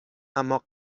اما